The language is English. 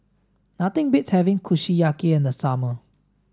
nothing beats having Kushiyaki in the summer